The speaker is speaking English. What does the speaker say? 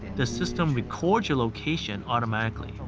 the system records your location automatically.